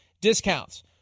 discounts